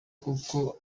kuko